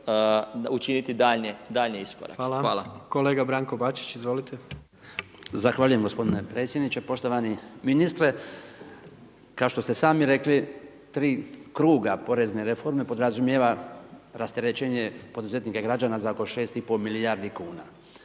Gordan (HDZ)** Hvala. Kolega Branko Bačić, izvolite. **Bačić, Branko (HDZ)** Zahvaljujem gospodine predsjedniče. Poštovani ministre, kao što ste sami rekli 3 kruga porezne reforme podrazumijeva rasterećenje poduzetnika i građana za oko 6 i pol milijardi kuna.